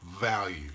value